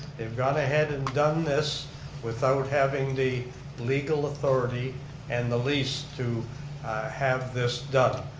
they've gone ahead and done this without having the legal authority and the lease to have this done.